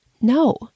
No